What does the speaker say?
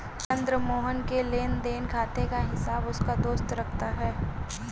चंद्र मोहन के लेनदेन खाते का हिसाब उसका दोस्त रखता है